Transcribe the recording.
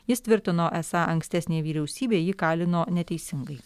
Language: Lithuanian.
jis tvirtino esą ankstesnė vyriausybė jį kalino neteisingai